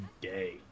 day